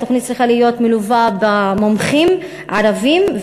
להיות מלווה במומחים ערבים,